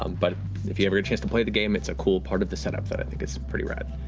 um but if you ever get a chance to play the game, it's a cool part of the setup that i think is pretty rad.